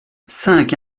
cinq